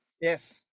Yes